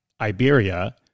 Iberia